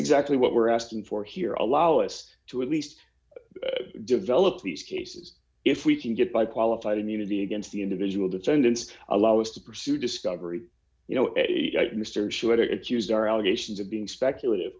exactly what we're asking for here are allowing us to at least develop these cases if we can get by qualified immunity against the individual defendants allow us to pursue discovery you know mr sugar it's use our allegations of being speculative